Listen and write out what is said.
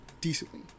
decently